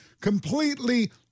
completely